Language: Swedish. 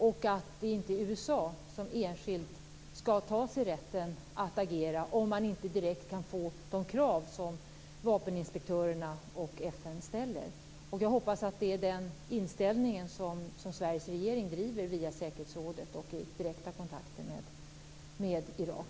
USA skall inte enskilt ta sig rätten att agera om man inte direkt får kraven som vapeninspektörerna och FN ställer uppfyllda. Jag hoppas att det är den inställningen som Sveriges regeringen driver i säkerhetsrådet och i de direkta kontakterna med Irak.